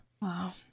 Wow